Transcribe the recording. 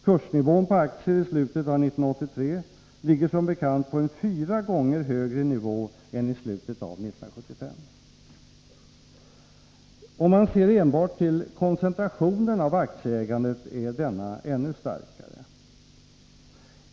Kursnivån på aktier i slutet av 1983 ligger som bekant på en fyra gånger högre nivå än i slutet av 1975. Ser man enbart till koncentrationen av aktieägandet är denna ännu starkare.